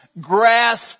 grasp